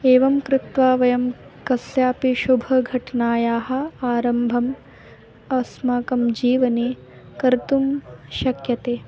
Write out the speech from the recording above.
एवं कृत्वा वयं कस्यापि शुभघटनायाः आरम्भम् अस्माकं जीवने कर्तुं शक्यते